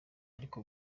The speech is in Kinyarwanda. ariko